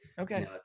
Okay